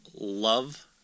love